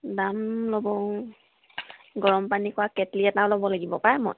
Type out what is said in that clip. দাম ল'ব অঁ গৰম পানী কৰা কেটলি এটাও ল'ব লাগিব পাই মই